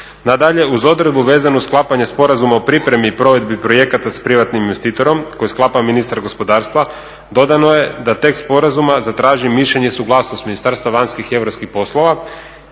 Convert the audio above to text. Nadalje, uz odredbu vezanu za sklapanje sporazuma o pripremi i provedbi projekata s privatnim investitorom koje sklapa ministar gospodarstva dodano je da tekst sporazuma zatraži mišljenje i suglasnost Ministarstva vanjskih i europskih poslova